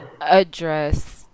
address